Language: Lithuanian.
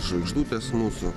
žvaigždutės mūsų